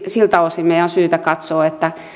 siltä osin meidän on syytä katsoa että